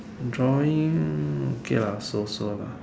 drawing okay lah so so lah